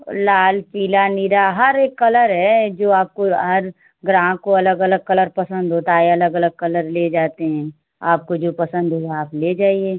लाल पीला नीला हर एक कलर है जो आपको हर ग्राहक को अलग अलग कलर पसंद होता है अलग अलग कलर ले जाते हें आपको जो पसंद हो आप ले जाइए